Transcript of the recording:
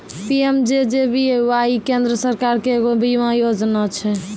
PMJJBY केन्द्र सरकारो के एगो बीमा योजना छै